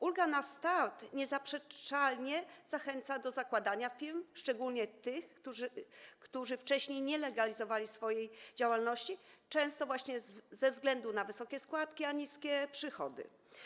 Ulga na start niezaprzeczalnie zachęca do zakładania firm, szczególnie tych, które wcześniej nie legalizowali swojej działalności często właśnie ze względu na wysokie składki, a niskie przychody.